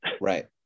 Right